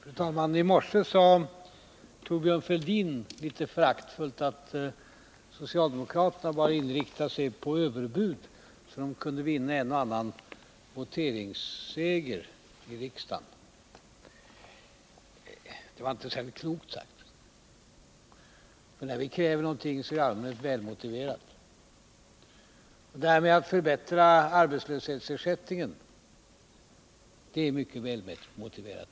Fru talman! I morse sade Thorbjörn Fälldin litet föraktfullt att socialdemokraterna bara inriktar sig på överbud, så att de kan vinna en och annan voteringsseger i riksdagen. Det var inte särskilt klokt sagt. När vi kräver någonting, så är det i allmänhet välmotiverat. Att förbättra arbetslöshetsersättningen är mycket välmotiverat.